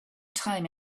time